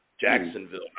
Jacksonville